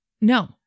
No